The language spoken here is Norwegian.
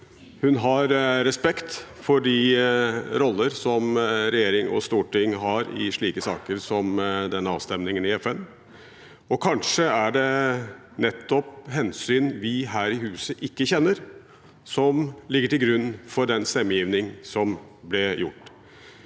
Hun har respekt for de roller som regjering og storting har i slike saker som denne avstemningen i FN. Kanskje er det nettopp hensyn vi her i huset ikke kjenner, som ligger til grunn for den stemmegivning som ble gjort.